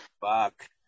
Fuck